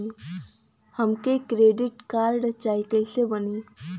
हमके credit card चाही कैसे बनी?